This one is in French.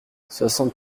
soixante